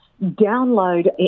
Download